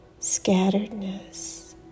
scatteredness